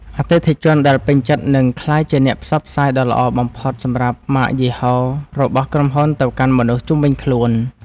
អតិថិជនដែលពេញចិត្តនឹងក្លាយជាអ្នកផ្សព្វផ្សាយដ៏ល្អបំផុតសម្រាប់ម៉ាកយីហោរបស់ក្រុមហ៊ុនទៅកាន់មនុស្សជុំវិញខ្លួន។